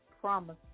promise